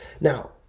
Now